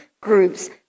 groups